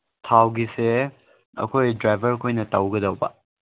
ꯊꯥꯎꯒꯤꯁꯦ ꯑꯩꯈꯣꯏ ꯗ꯭ꯔꯥꯏꯚꯔꯈꯣꯏꯅ ꯇꯧꯒꯗꯧꯕ